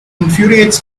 infuriates